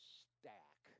stack